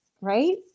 right